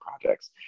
projects